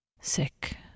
sick